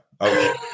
okay